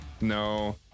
No